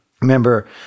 remember